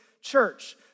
church